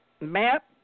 Map